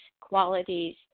qualities